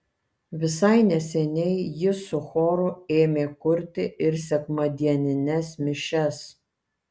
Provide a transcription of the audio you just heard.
visai neseniai jis su choru ėmė kurti ir sekmadienines mišias